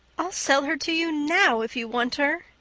i'll sell her to you now, if you want her,